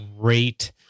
great